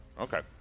Okay